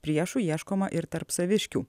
priešų ieškoma ir tarp saviškių